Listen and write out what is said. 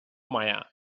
meier